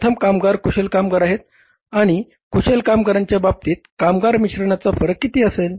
प्रथम कामगार कुशल कामगार आहेत आणि कुशल कामगारांच्या बाबतीत कामगार मिश्रणाचा फरक किती असेल